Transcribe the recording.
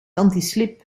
antislip